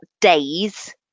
days